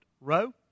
row